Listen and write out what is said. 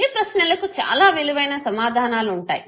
ఈ ప్రశ్నలకు చాలా విలువైన సమాధానాలు ఉంటాయి